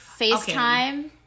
FaceTime